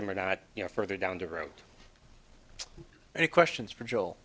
them or not you know further down the road and questions for joel